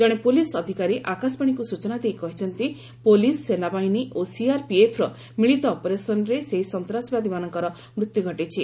ଜଣେ ପୁଲିସ୍ ଅଧିକାରୀ ଆକାଶବାଣୀକୁ ସ୍ଟଚନା ଦେଇ କହିଛନ୍ତି ପୁଲିସ୍ ସେନାବାହିନୀ ଓ ସିଆର୍ପିଏଫ୍ର ମିଳିତ ଅପରେସନ୍ରେ ସେହି ସନ୍ତାସବାଦୀମାନଙ୍କର ମୃତ୍ୟୁ ଘଟିଛି